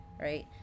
right